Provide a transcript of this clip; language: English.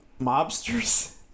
mobsters